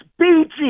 BG